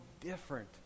different